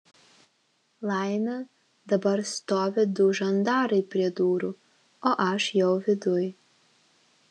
laimė dabar stovi du žandarai prie durų o aš jau viduj